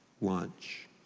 lunch